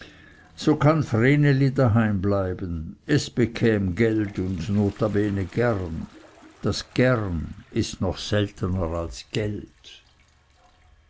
so kann vreneli daheim bleiben es bekäm geld und notabene gern das gern ist noch seltener als geld